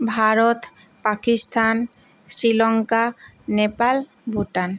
Bharat Pakistan Sri Lanka Nepal Bhutan